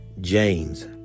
James